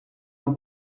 uma